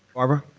barbara?